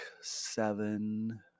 seven